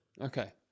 Okay